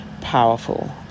powerful